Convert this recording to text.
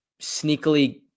sneakily –